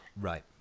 Right